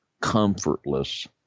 comfortless